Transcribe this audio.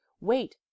Wait